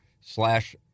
slash